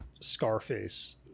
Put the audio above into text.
Scarface